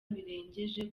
birengeje